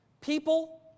People